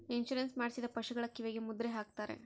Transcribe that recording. insurance ಮಾಡಿಸಿದ ಪಶುಗಳ ಕಿವಿಗೆ ಮುದ್ರೆ ಹಾಕ್ತಾರೆ